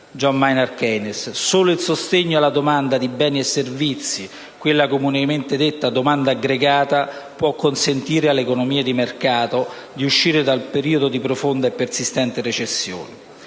John Maynard Keynes. Solo il sostegno alla domanda di beni e servizi, quella comunemente detta domanda aggregata, può consentire alle economie di mercato di uscire da un periodo di profonda e persistente recessione.